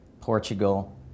Portugal